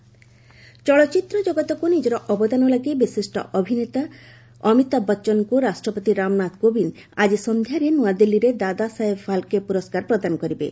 Amitabh Bachchan award ଚଳଚ୍ଚିତ୍ର ଜଗତକୁ ନିଜର ଅବଦାନ ଲାଗି ବିଶିଷ୍ଟ ଅଭିନେତା ଅମିତାଭ ବଚ୍ଚନଙ୍କୁ ରାଷ୍ଟ୍ରପତି ରାମନାଥ କୋବିନ୍ଦ ଆଜି ସନ୍ଧ୍ୟାରେ ନୂଆଦିଲ୍ଲୀରେ ଦାଦା ସାହେବ ଫାଲ୍କେ ପୁରସ୍କାର ପ୍ରଦାନ କରିବେ